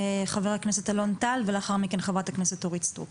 חבר הכנסת אלון טל ולאחר מכן חברת הכנסת אורית סטרוק.